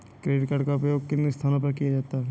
Credit card का उपयोग किन स्थानों पर किया जा सकता है?